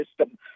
system